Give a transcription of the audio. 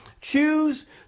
Choose